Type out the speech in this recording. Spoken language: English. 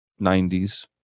90s